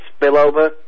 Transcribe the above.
spillover